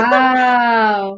Wow